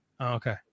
okay